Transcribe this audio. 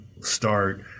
start